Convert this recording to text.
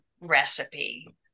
recipe